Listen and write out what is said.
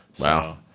Wow